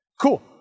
Cool